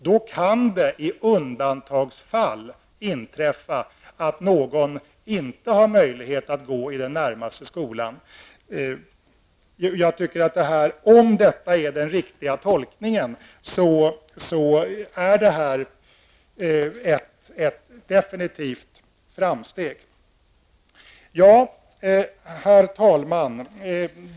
Då kan det i undantagsfall inträffa att någon inte har möjlighet att gå i den närmaste skolan. Om det är den riktiga tolkningen, är detta ett definitivt framsteg. Herr talman!